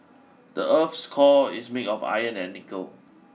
the earth's core is made of iron and nickel